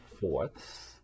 fourths